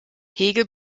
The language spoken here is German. hegel